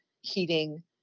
heating